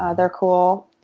ah they're cool.